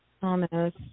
Thomas